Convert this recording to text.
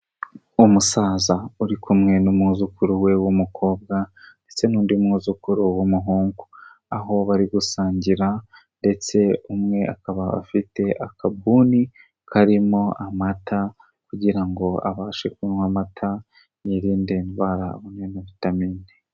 Umusaza uri kumwe n'umwuzukuru we w'umukobwa ndetse n'undi mwuzukuru w'umuhungu. Aho bari gusangira ndetse umwe akaba afite akaguni karimo amata kugira ngo abashe kunywa amata yirinde indwara anywe na vitamine.